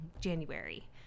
January